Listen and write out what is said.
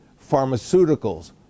pharmaceuticals